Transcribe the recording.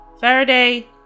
Faraday